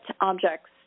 objects